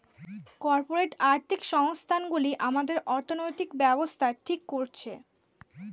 corporate আর্থিক সংস্থান গুলি আমাদের অর্থনৈতিক ব্যাবস্থা ঠিক করছে